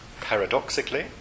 Paradoxically